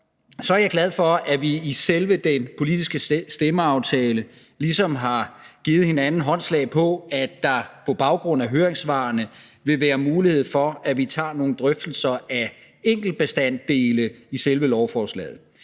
er jeg glad for, at vi i selve den politiske stemmeaftale ligesom har givet hinanden håndslag på, at der på baggrund af høringssvarene vil være mulighed for, at vi tager nogle drøftelser af enkeltbestanddele i selve lovforslaget.